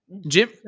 Jim